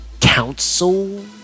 council